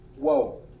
Whoa